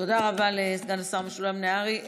תודה רבה לסגן השר משולם נהרי.